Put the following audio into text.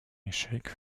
échec